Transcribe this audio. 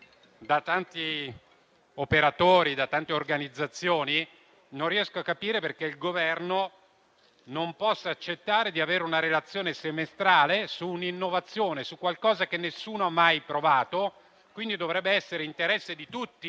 da tanti operatori e da tante organizzazioni. Non riesco a capire perché il Governo non possa accettare di avere una relazione semestrale su un'innovazione, su un qualcosa che nessuno ha mai provato prima. Dovrebbe essere interesse di tutti,